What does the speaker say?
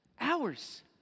hours